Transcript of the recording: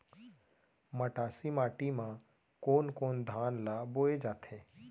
मटासी माटी मा कोन कोन धान ला बोये जाथे?